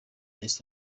east